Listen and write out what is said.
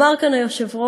אמר כאן היושב-ראש,